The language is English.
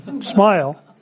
Smile